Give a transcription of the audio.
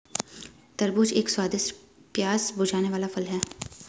तरबूज एक स्वादिष्ट, प्यास बुझाने वाला फल है